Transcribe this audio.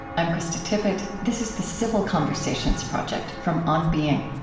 i'm krista tippett. this is the civil conversations project from on being.